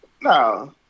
No